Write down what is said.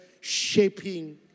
shaping